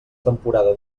temporada